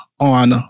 on